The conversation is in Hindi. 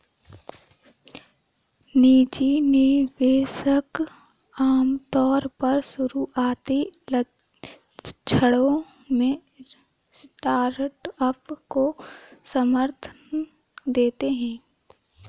निजी निवेशक आमतौर पर शुरुआती क्षणों में स्टार्टअप को समर्थन देते हैं